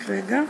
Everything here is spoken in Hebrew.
רק רגע.